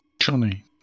Johnny